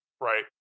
right